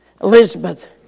Elizabeth